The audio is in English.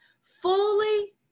fully